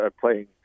playing